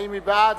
אם היא בעד,